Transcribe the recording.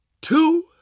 two